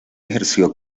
ejerció